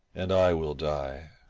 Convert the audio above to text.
and i will die.